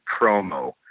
promo